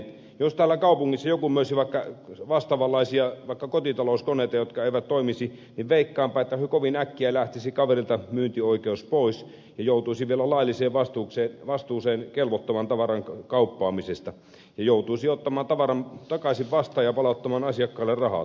jos täällä kaupungissa joku myisi vaikka vastaavanlaisia kotitalouskoneita jotka eivät toimisi niin veikkaanpa että kovin äkkiä lähtisi kaverilta myyntioikeus pois ja joutuisi vielä lailliseen vastuuseen kelvottoman tavaran kauppaamisesta ja joutuisi ottamaan tavaran takaisin vastaan ja palauttamaan asiakkaalle rahat